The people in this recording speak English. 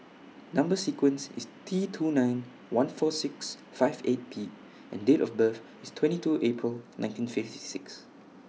Number sequence IS T two nine one four six five eight P and Date of birth IS twenty two April nineteen fifty six